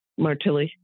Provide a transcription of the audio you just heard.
Martilli